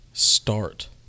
Start